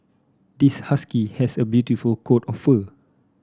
this husky has a beautiful coat of fur